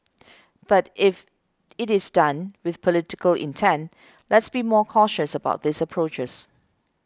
but if it is done with political intent let's be more cautious about these approaches